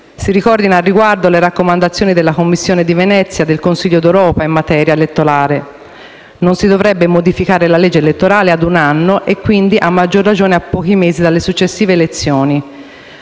Si ricordino al riguardo le raccomandazioni della Commissione di Venezia del Consiglio d'Europa in materia elettorale: non si dovrebbe modificare la legge elettorale a un anno, e quindi, a maggior ragione, a pochi mesi dalle successive elezioni.